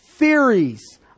Theories